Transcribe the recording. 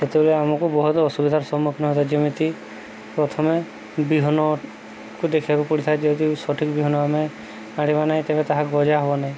ସେତେବେଳେ ଆମକୁ ବହୁତ ଅସୁବିଧାର ସମ୍ମୁଖୀନ ହୋଇଥାଏ ଯେମିତି ପ୍ରଥମେ ବିହନକୁ ଦେଖିବାକୁ ପଡ଼ିଥାଏ ଯଦି ସଠିକ ବିହନ ଆମେ ମାଡ଼ିବା ନାହିଁ ତେବେ ତାହା ଗଜା ହେବନି